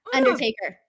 undertaker